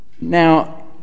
Now